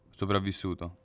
sopravvissuto